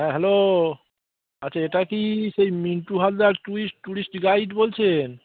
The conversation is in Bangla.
হ্যাঁ হ্যালো আচ্ছা এটা কি সেই Mintu Haldar twist tourist guide বলছেন